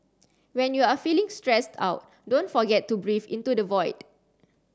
when you are feeling stressed out don't forget to breathe into the void